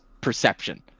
perception